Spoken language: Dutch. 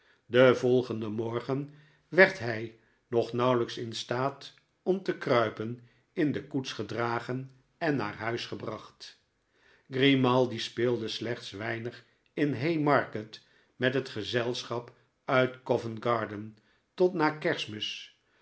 den volgenden morgen werd hij nog nauwelijks in staat om te kruipen in de koets gedragen en naar huis gebracht grimaldi speelde slechts weinig in haymarket met het gezelschap uit covent-garden tot na kerstmis